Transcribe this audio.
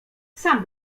sam